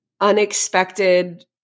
unexpected